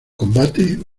combate